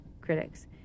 critics